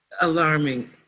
Alarming